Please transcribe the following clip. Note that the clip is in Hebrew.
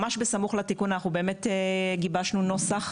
ממש בסמוך לתיקון אנחנו באמת גיבשנו נוסח